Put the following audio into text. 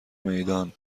میدان